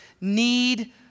need